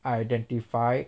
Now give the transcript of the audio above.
identify